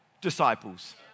disciples